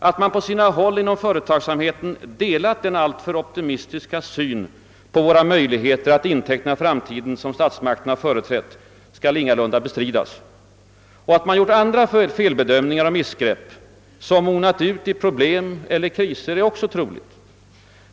Att man på sina håll inom företagsamheten delat den alltför optimistiska syn på våra möjligheter att inteckna framtiden som statsmakterna företrätt skall ingalunda bestridas och att man gjort andra felbedömningar och missgrepp som mynnat ut i problem och kriser är också troligt.